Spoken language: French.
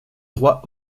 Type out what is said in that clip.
droits